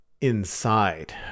inside